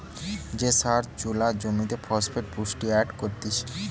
যে সার জুলা জমিরে ফসফেট পুষ্টি এড করতিছে